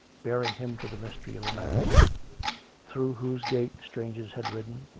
bearing him to the mystery of the mass through whose gate strangers had ridden,